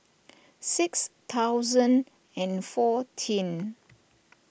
six thousand and fourteen